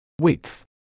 Width